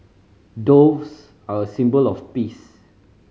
doves are a symbol of peace